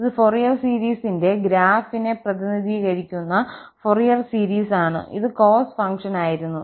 ഇത് ഫൊറിയർ സീരീസിന്റെ ഗ്രാഫിനെ പ്രതിനിധീകരിക്കുന്ന ഫൊറിയർ സീരീസ് ആണ് ഇത് കോസ് ഫംഗ്ഷൻ ആയിരുന്നു